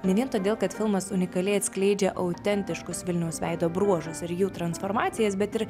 ne vien todėl kad filmas unikaliai atskleidžia autentiškus vilniaus veido bruožus ar jų transformacijas bet ir